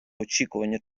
очікування